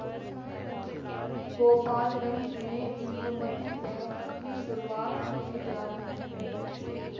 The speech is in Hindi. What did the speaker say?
गोपालगंज में इंदुमती बैंक की शुरुआत होने जा रही है